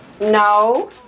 No